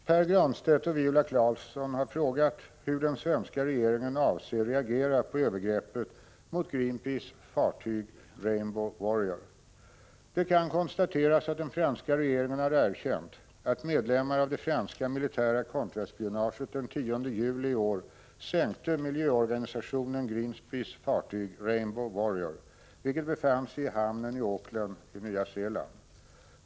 Pär Granstedt och Viola Claesson har frågat hur den svenska regeringen avser reagera på övergreppet mot Greenpeaces fartyg Rainbow Warrior. Det kan konstateras att den franska regeringen har erkänt att medlemmar av det franska militära kontraspionaget den 10 juli i år sänkte miljöorganisationen Greenpeaces fartyg Rainbow Warrior, vilket befann sig i hamnen i Auckland i Nya Zeeland.